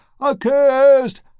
accursed